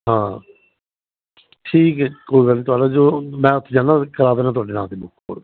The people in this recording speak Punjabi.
ਹਾਂ ਠੀਕ ਐ ਕੋਈ ਗੱਲ ਨੀ ਤੁਹਾਡਾ ਜੋ ਮੈਂ ਓਥੇ ਜਾਨਾ ਕਰਾ ਦਿੰਨਾ ਤੁਹਾਡੇ ਨਾਂਅ ਤੇ ਬੁੱਕ